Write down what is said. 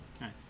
Nice